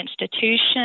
institution